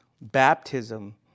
baptism